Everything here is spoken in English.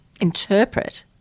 interpret